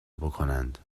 بکنند